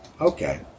Okay